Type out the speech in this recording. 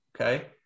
Okay